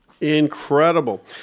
Incredible